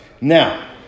Now